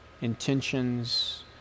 intentions